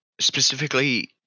specifically